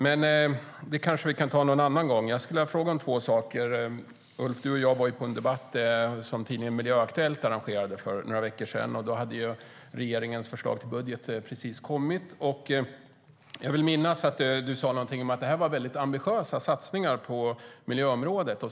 Men det kanske vi kan ta någon annan gång. Du och jag, Ulf, var på en debatt som tidningen Miljöaktuellt arrangerade för några veckor sedan. Då hade regeringens förslag till budget precis kommit, och jag vill minnas att du sa någonting om att det var väldigt ambitiösa satsningar på miljöområdet.